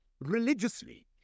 religiously